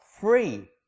free